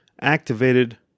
activated